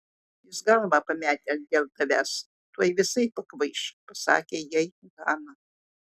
jis galvą pametęs dėl tavęs tuoj visai pakvaiš pasakė jai hana